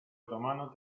otomano